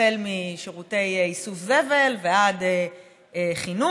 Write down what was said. החל משירותי איסוף זבל ועד חינוך,